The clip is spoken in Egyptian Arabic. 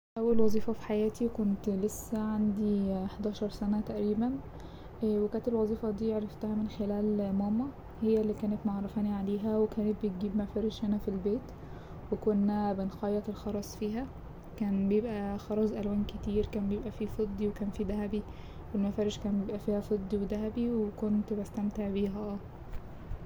أول وظيفة في حياتي كنت لسه عندي حداشر سنة تقريبا وكانت الوظيفة دي عرفتها من خلال ماما هي اللي كانت معرفاني عليها وكانت بتجيب مفارش هنا في البيت وكنا بنخيط الخرز فيها كان بيبقى خرز ألوان كتير كان بيبقى فيه فضي وكان فيه دهبي والمفارش كان بيبقى فيها فضي ودهبي وكنت بستمتع بيها اه.